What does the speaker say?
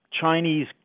Chinese